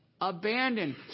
abandoned